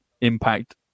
impact